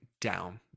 down